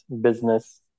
business